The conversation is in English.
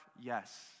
Yes